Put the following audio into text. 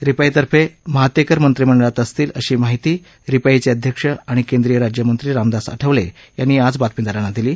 रिपाईतर्फे महातेकर मंत्रिमंडळात असतील अशी माहिती रिपाईचे अध्यक्ष आणि केंद्रीय राज्यमंत्री रामदास आठवले यांनी आज बातमीदारांना दिली